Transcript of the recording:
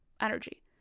energy